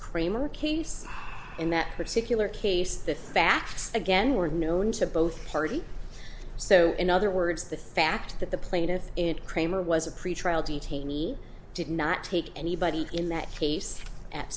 kramer case in that particular case the facts again were known to both parties so in other words the fact that the plaintiff it kramer was a pretrial detainee did not take anybody in that case at